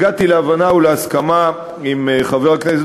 הגעתי להבנה ולהסכמה עם חבר הכנסת